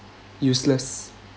useless